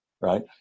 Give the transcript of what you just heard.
right